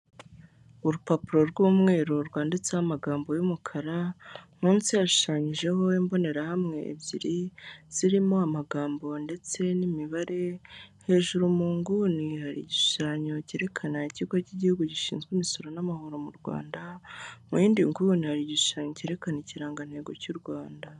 Urupapuro rw'umweru rwanditseho amagambo y'umukara, munsi hashushanyijeho imbonerahamwe ebyiri, zirimo amagambo ndetse n'imibare, hejuru mu nguni hari igishushanyo cyerekana ikigo cy'igihugu gishinzwe imisoro n'amahoro mu Rwanda, mu yindi nguni hari igishanyo cyerekana ikirangantego cy'u Rwanda.